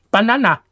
Banana